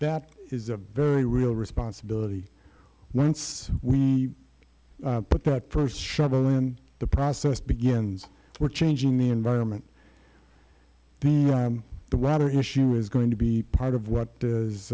that is a very real responsibility once we put that first shovel in the process begins we're changing the environment the broader issue is going to be part of what is